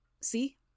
See